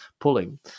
pulling